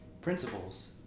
principles